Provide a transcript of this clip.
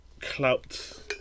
clout